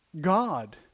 God